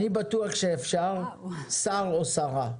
אני בטוח שאפשר שר או שרה,